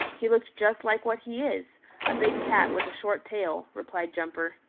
he looked just like what he is a big cat with a short tail, replied jumper.